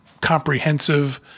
comprehensive